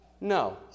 No